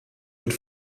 mit